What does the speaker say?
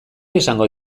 esango